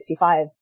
1965